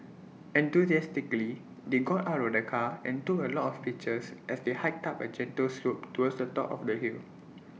enthusiastically they got out of the car and took A lot of pictures as they hiked up A gentle slope towards the top of the hill